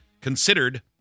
considered